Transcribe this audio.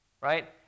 right